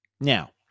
Now